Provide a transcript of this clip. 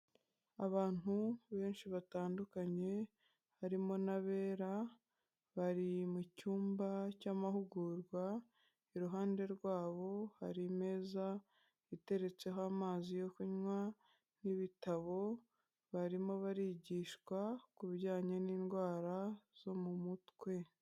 Abantu benshi batandukanye harimo n'abera bari mu cyumba cy'amahugurwa, iruhande rwabo hari imeza iteretseho amazi yo kunywa n'ibitabo, barimo barigishwa ku bijyanye n'indwara zo mu mutwe.